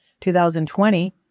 2020